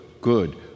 good